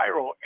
viral